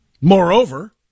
Moreover